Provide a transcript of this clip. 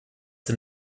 den